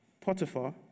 Potiphar